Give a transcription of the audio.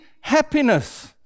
happiness